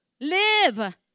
Live